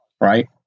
right